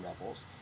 rebels